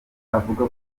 avuga